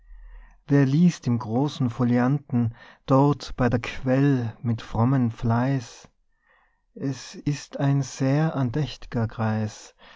wer liest im großen folianten dort bei der quell mit frommem fleiß es ist ein sehr andächt'ger greis